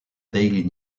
daily